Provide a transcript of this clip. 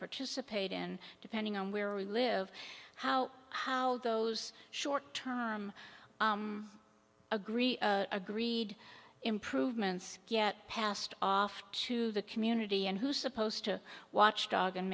participate in depending on where we live how how those short term agree agreed improvements get passed off to the community and who's supposed to watchdog and